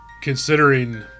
Considering